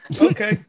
Okay